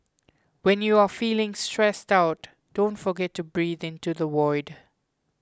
when you are feeling stressed out don't forget to breathe into the void